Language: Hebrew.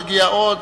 נגיע עוד,